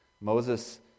Moses